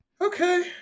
okay